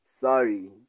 Sorry